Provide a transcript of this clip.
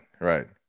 right